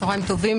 צוהריים טובים.